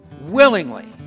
Willingly